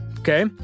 Okay